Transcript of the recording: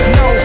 no